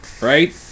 right